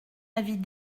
avis